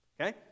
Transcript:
Okay